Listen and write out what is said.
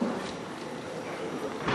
מ-20 דקות בשביל זה.